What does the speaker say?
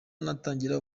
natangira